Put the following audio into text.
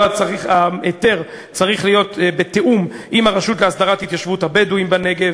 ההיתר צריך להיות בתיאום עם הרשות להסדרת התיישבות הבדואים בנגב,